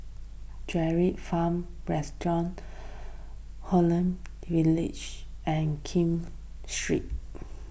D'Kranji Farm Restaurant and Kim Street